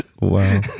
Wow